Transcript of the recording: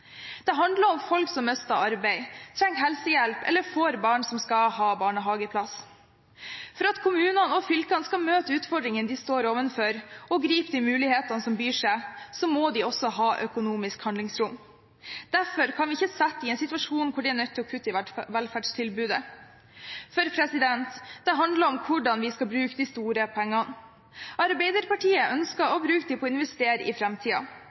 Det handler om folk som mister arbeid, trenger helsehjelp eller får barn som skal ha barnehageplass. For at kommunene og fylkene skal møte utfordringene de står overfor og gripe de mulighetene som byr seg, må de også ha økonomisk handlingsrom. Derfor kan vi ikke sette dem i en situasjon hvor de er nødt til å kutte i velferdstilbudet. For det handler om hvordan vi skal bruke de store pengene. Arbeiderpartiet ønsker å bruke dem på å investere i